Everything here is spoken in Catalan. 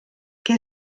què